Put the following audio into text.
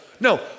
No